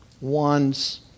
one's